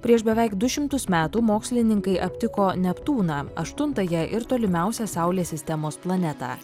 prieš beveik du šimtus metų mokslininkai aptiko neptūną aštuntąją ir tolimiausią saulės sistemos planetą